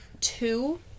two